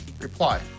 Reply